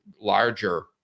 larger